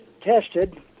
tested